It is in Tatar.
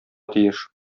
тиеш